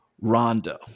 rondo